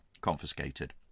confiscated